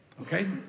Okay